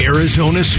Arizona